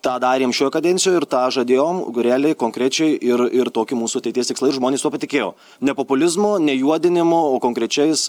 tą darėm šioj kadencijoj ir tą žadėjom realiai konkrečiai ir ir tokie mūsų ateities tikslai ir žmonės tuo patikėjo ne populizmu ne juodinimu o konkrečiais